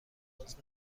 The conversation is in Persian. باز